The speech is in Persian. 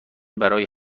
برای